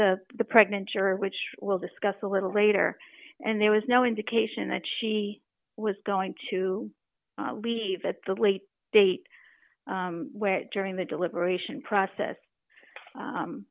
the the pregnant juror which we'll discuss a little later and there was no indication that she was going to leave at the late date where during the deliberation process